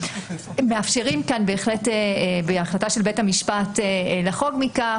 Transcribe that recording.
ומאפשרים כאן בהחלט בהחלטה של בית המשפט לחרוג מכך,